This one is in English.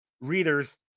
readers